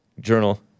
Journal